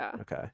Okay